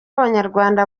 abanyarwanda